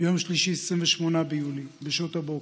ביום שלישי, 28 ביולי, בשעות הבוקר,